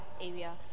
area